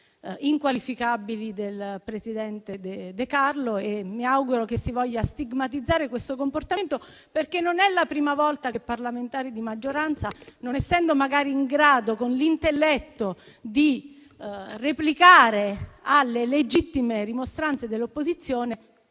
inqualificabili del presidente De Carlo e mi auguro che si voglia stigmatizzare questo comportamento, perché non è la prima volta che parlamentari di maggioranza, non essendo magari in grado con l'intelletto di replicare alle legittime rimostranze dell'opposizione,